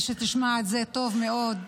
ושתשמע את זה טוב מאוד,